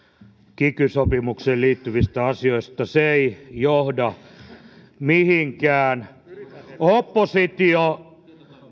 kiky sopimukseen liittyvistä asioista se ei johda mihinkään oppositio